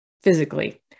physically